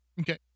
Okay